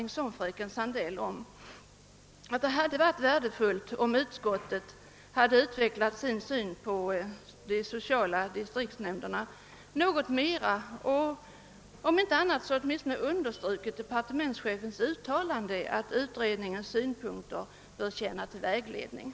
Jag delar fröken Sandells uppfattning att det hade varit värdefullt, om utskottet utvecklat sin syn på de sociala distriktsnämnderna något mera och, om inte annat, understrukit departementschefens uttalande att utredningens synpunkter bör tjäna till vägledning.